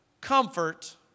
comfort